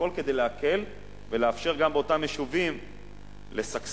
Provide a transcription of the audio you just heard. הכול כדי להקל ולאפשר לאותם יישובים לשגשג,